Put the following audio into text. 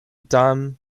dame